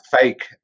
fake